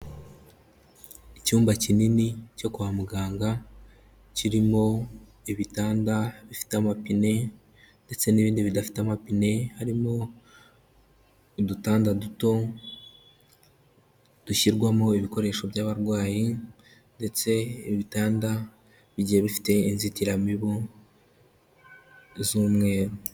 Icyumba kinini cyo kwa muganga kirimo ibitanda bifite amapine, ndetse n'ibindi bidafite amapine harimo udutanda duto, dushyirwamo ibikoresho by'abarwayi ndetse ibitanda bigiye bifite inzitiramibu z'umweru.